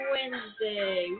Wednesday